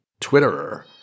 Twitterer